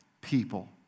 people